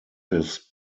his